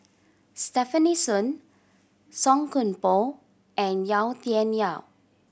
Stefanie Sun Song Koon Poh and Yau Tian Yau